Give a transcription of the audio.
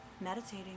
meditating